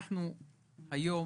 אנחנו כיום